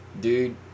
Dude